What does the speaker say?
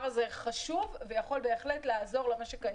הזה חשוב ויכול בהחלט לעזור למשק הישראלי.